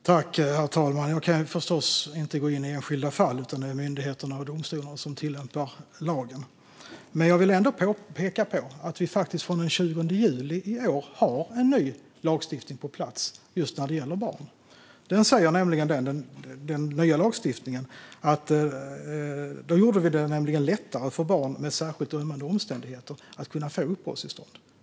Herr talman! Jag kan förstås inte gå in på enskilda fall, utan det är myndigheterna och domstolarna som tillämpar lagen. Jag vill dock peka på att vi från den 20 juli i år har en ny lagstiftning på plats just när det gäller barn. I och med den nya lagstiftningen gjorde vi det lättare för barn med särskilt ömmande omständigheter att få uppehållstillstånd.